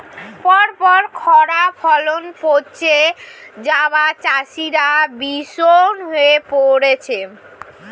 পরপর খড়ায় ফলন পচে যাওয়ায় চাষিরা বিষণ্ণ হয়ে পরেছে